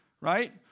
Right